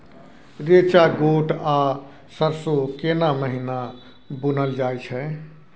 रेचा, गोट आ सरसो केना महिना बुनल जाय छै?